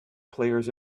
players